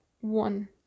one